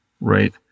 right